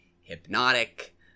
hypnotic